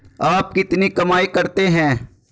आप कितनी कमाई करते हैं?